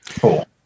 Cool